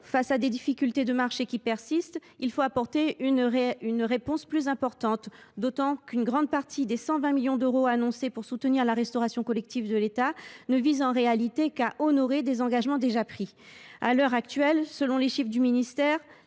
face à des difficultés de marché qui persistent, il faut apporter une réponse plus importante, d’autant qu’une grande partie des 120 millions d’euros annoncés pour soutenir la restauration collective de l’État ne visent en réalité qu’à honorer des engagements déjà pris. À l’heure actuelle, selon les chiffres de votre ministère,